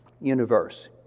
universe